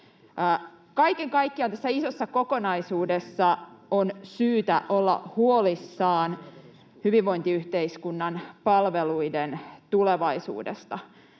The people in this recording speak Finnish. Kaiken kaikkiaan tässä isossa kokonaisuudessa on syytä olla huolissaan hyvinvointiyhteiskunnan palveluiden tulevaisuudesta.